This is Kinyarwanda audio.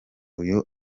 uyu